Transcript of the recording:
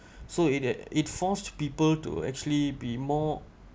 so it it it forced people to actually be more